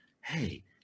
hey